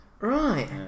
right